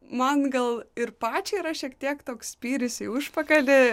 man gal ir pačiai yra šiek tiek toks spyris į užpakalį